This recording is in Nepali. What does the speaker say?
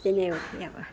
त्यही नै हो के अब